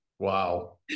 Wow